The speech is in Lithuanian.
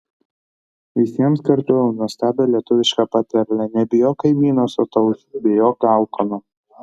visiems kartojau nuostabią lietuvišką patarlę nebijok kaimyno sotaus bijok alkano